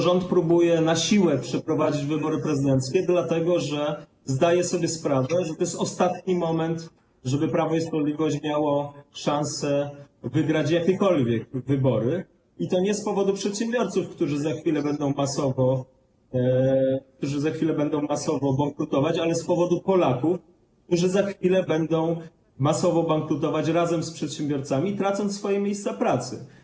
Rząd próbuje na siłę przeprowadzić wybory prezydenckie, dlatego że zdaje sobie sprawę, że to jest ostatni moment, żeby Prawo i Sprawiedliwość miało szansę wygrać jakiekolwiek wybory, i to nie z powodu przedsiębiorców, którzy za chwilę będą masowo bankrutować, ale z powodu Polaków, którzy za chwilę będą masowo bankrutować razem z przedsiębiorcami, tracąc swoje miejsca pracy.